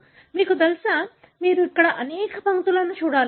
మీకు తెలుసా మీరు అక్కడ అనేక పంక్తులను చూడాలి